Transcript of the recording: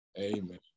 Amen